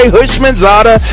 Hushmanzada